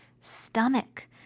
stomach